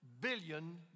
billion